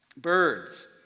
Birds